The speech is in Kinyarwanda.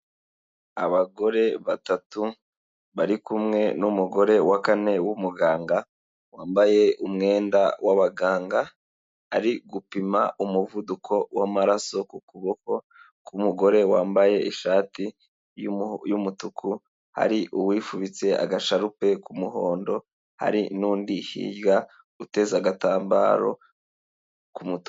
Abagore batatu bari kumwe n'umugore wa kane w'umuganga wambaye umwenda w'abaganga, ari gupima umuvuduko w'amaraso ku kuboko k'umugore wambaye ishati y'umutuku, hari uwifubitse agasharupe k'umuhondo hari n'undi hirya, uteza agatambaro k'umutuku.